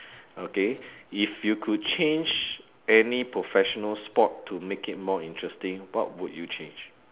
okay if you could change any professional sport to make it more interesting what would you change